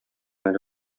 әле